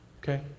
Okay